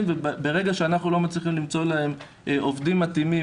וברגע שאנחנו לא מצליחים למצוא להם עובדים מתאימים